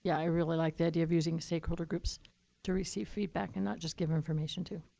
yeah i really like the idea of using stakeholder groups to receive feedback and not just give information to.